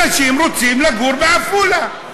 אנשים רוצים לגור בעפולה.